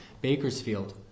Bakersfield